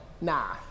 nah